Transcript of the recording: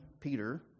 Peter